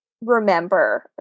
remember